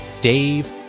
Dave